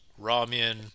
ramen